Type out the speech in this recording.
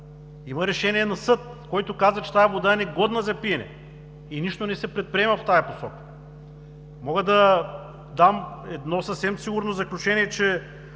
Има решение на съда, който каза, че тази вода е негодна за пиене и нищо не се предприема в тази посока. Мога да дам едно съвсем сигурно заключение, че